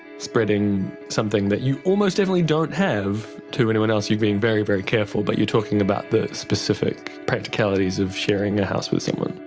spreading something that you almost definitely don't have to anyone else, you've been very, very careful, but you're talking about the specific practicalities of sharing a house with someone.